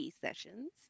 sessions